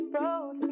road